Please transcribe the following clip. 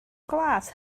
glas